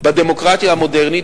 בדמוקרטיה המודרנית,